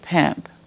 pimp